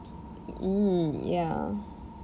mm ya